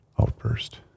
outburst